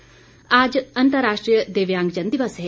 दिव्यांगजन दिवस आज अंतर्राष्ट्रीय दिव्यांगजन दिवस है